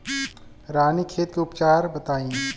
रानीखेत के उपचार बताई?